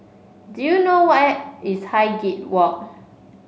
do you know where is Highgate Walk